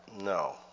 no